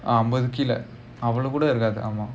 அம்பது கீழ அவ்ளோ கூட இருக்காது:ambathu keela avlo kuda irukkaathu